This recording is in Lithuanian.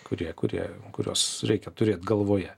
kurie kurie kuriuos reikia turėt galvoje